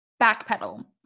backpedal